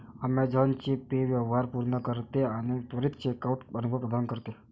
Amazon Pay व्यवहार पूर्ण करते आणि त्वरित चेकआउट अनुभव प्रदान करते